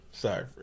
Sorry